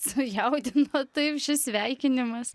sujaudino taip šis sveikinimas